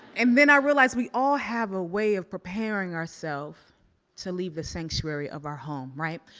and then i realized we all have a way of preparing ourself to leave the sanctuary of our home, right?